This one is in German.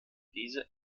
diese